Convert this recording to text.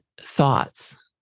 thoughts